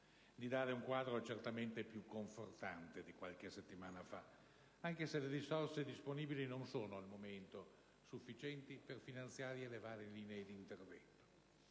di dare un quadro certamente più confortante di qualche settimana fa, anche se le risorse disponibili non sono al momento sufficienti per finanziare le varie linee di intervento: